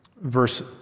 verse